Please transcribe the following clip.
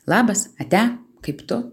labas ate kaip tu